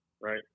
right